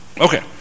Okay